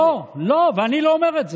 לא לא לא, ואני לא אומר את זה.